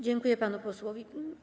Dziękuję panu posłowi.